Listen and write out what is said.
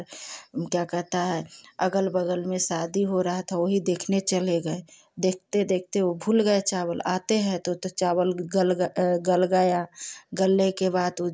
क्या कहता है अगल बगल में शादी हो रहा था वही देखने चले गए देखते देखते वह भूल गए चावल आते हैं तो तो चावल गल ग गल गया गलने के बाद वह